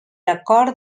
acord